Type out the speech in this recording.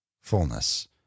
fullness